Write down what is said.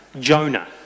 Jonah